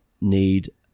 need